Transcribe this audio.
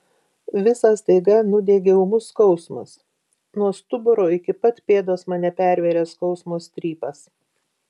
visą staiga nudiegė ūmus skausmas nuo stuburo iki pat pėdos mane pervėrė skausmo strypas